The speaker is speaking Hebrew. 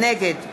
נגד